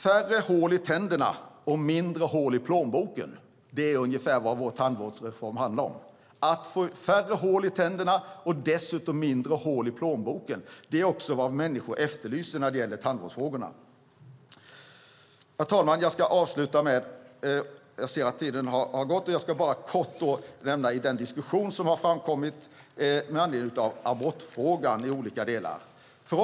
Färre hål i tänderna och mindre hål i plånboken - det är ungefär vad vår tandvårdsreform handlar om. Detta är också vad människor efterlyser när det gäller tandvårdsfrågorna. Herr talman! Jag ser att talartiden har gått ut, och jag ska bara kort nämna något med anledning av den diskussion som har framkommit med anledning av abortfrågan i olika delar.